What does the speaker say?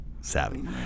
savvy